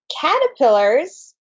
caterpillars